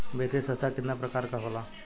वित्तीय संस्था कितना प्रकार क होला?